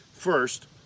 First